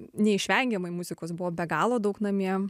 neišvengiamai muzikos buvo be galo daug namie